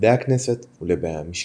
לעובדי הכנסת ולבאי המשכן.